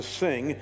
sing